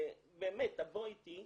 תבוא איתי,